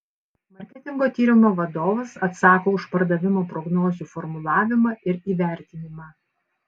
marketingo tyrimo vadovas atsako už pardavimo prognozių formulavimą ir įvertinimą